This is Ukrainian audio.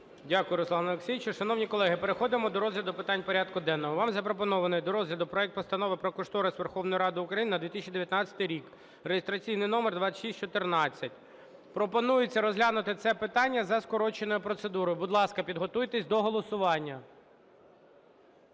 Дякую, Руслане Олексійовичу. Шановні колеги, переходимо до розгляду питань порядку денного. Вам запропонований до розгляду проект Постанови про кошторис Верховної Ради України на 2019 рік (реєстраційний номер 2614). Пропонується розглянути це питання за скороченою процедурою. Будь ласка, підготуйтесь до голосування.